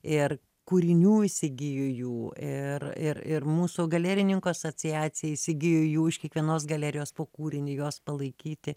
ir kūrinių įsigijo jų ir ir ir mūsų galerininkų asociacija įsigijo jų iš kiekvienos galerijos po kūrinį juos palaikyti